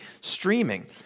streaming